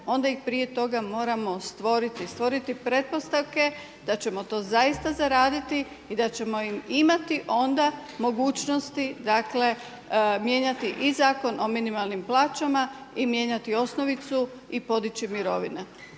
onda ih prije toga moramo stvoriti, stvoriti pretpostavke da ćemo to zaista zaraditi i da ćemo im imati onda mogućnosti dakle mijenjati i Zakon o minimalnim plaćama i mijenjati osnovicu i podići mirovine.